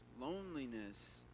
loneliness